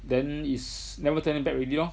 then is never turning back already lor